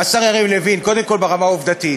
השר יריב לוין, קודם כול, ברמה העובדתית,